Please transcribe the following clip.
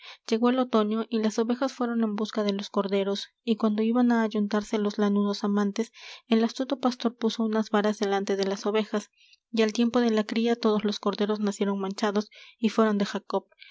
llegó el otoño y las ovejas fueron en busca de los corderos y cuando iban á ayuntarse los lanudos amantes el astuto pastor puso unas varas delante de las ovejas y al tiempo de la cria todos los corderos nacieron manchados y fueron de jacob